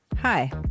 Hi